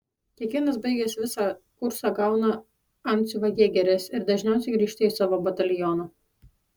kiekvienas baigęs visą kursą gauna antsiuvą jėgeris ir dažniausiai grįžta į savo batalioną